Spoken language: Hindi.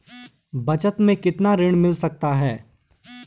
बचत मैं कितना ऋण मिल सकता है?